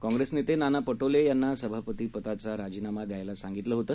काँग्रेसनेतेनानापटोलेयांनासभापतीपदाचाराजीनामाद्यायलासांगितलहोत